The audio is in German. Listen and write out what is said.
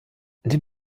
den